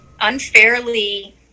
unfairly